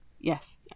Yes